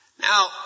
Now